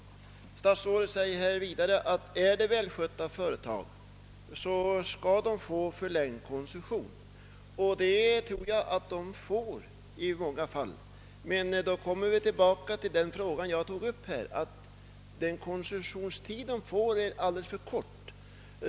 Statsrådet säger att om det är välskötta företag skall de få förlängd koncession. Jag tackar för ett sådant löfte, men det måste bli koncession på längre tid och att det gäller områdeskoncession. Visst kar koncession lämnats i många fall, men jag kommer tillbaka till det problem jag tog upp, nämligen att koncessionstiden därvid sätts alldeles för kort.